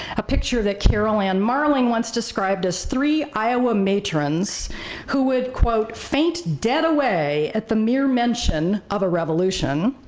a picture that carol anne marling once described as three iowa matrons who would, quote, faint dead away at the mere mention of a revolution,